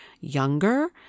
younger